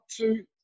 two